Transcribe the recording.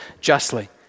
justly